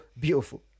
beautiful